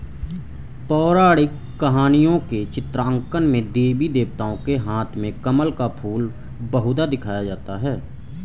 पौराणिक कहानियों के चित्रांकन में देवी देवताओं के हाथ में कमल का फूल बहुधा दिखाया जाता है